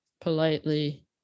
politely